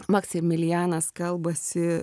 maksimilijanas kalbasi